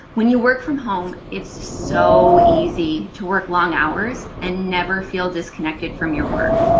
when you work from home, it's so easy to work long hours, and never feel disconnected from your work.